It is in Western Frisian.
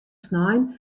snein